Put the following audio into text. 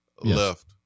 left